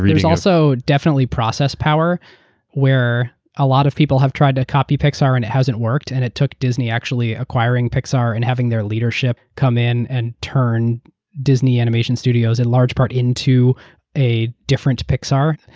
there's also definitely process power where a lot of people tried to copy pixar and it hasn't worked. and it took disney actually acquiring pixar and having their leadership come in and turn disney animations studios in large part into a different pixar.